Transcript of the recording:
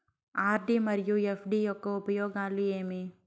RD మరియు FD యొక్క ఉపయోగాలు ఏమి?